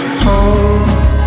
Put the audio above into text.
home